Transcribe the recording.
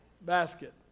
basket